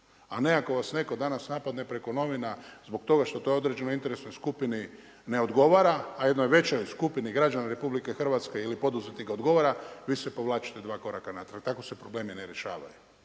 a ne ako vas netko napadne preko novina zbog toga što to određenoj interesnoj skupini ne odgovara, a jednoj većoj skupini građana RH ili poduzetnika odgovara vi se povlačite dva koraka natrag. Tako se problemi ne rješavaju.